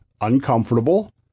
uncomfortable